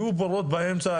יהיו בורות באמצע,